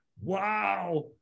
Wow